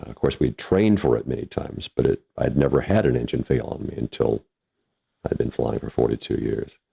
ah course, we trained for it many times, but i'd never had an engine fail on me until i've been flying for forty two years.